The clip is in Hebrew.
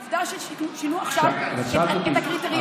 עובדה ששינו עכשיו את הקריטריונים.